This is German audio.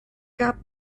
gab